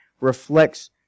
reflects